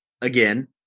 again